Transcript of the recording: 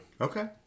Okay